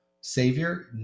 Savior